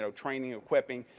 so training, equipping,